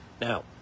now